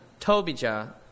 Tobijah